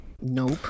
nope